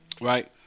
right